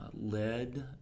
lead